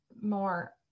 more